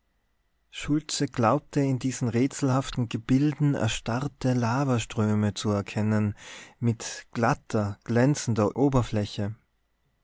schultze glaubte in diesen rätselhaften gebilden erstarrte lavaströme zu erkennen mit glatter glänzender oberfläche